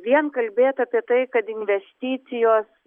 vien kalbėt apie tai kad investicijos